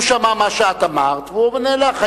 הוא שמע מה שאת אמרת והוא עונה לך.